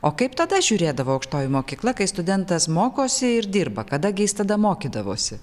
o kaip tada žiūrėdavo aukštoji mokykla kai studentas mokosi ir dirba kadagi jis tada mokydavosi